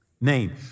name